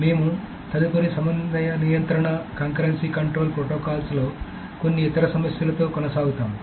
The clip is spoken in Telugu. మేము తదుపరి సమన్వయ నియంత్రణ ప్రొటొకాల్స్ లో కొన్ని ఇతర సమస్యలతో కొనసాగుతాము